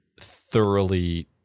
thoroughly